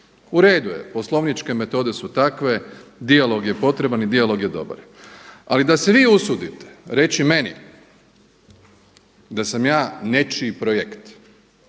Uredu je poslovničke metode su takve, dijalog je potreban i dijalog je dobar. Ali da se vi usudite reći meni da sam ja nečiji projekt,